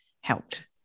helped